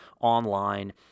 online